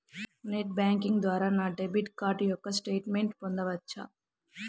Net banking ద్వారా నా debit card యొక్క స్టేట్మెంట్ పొందవచ్చా?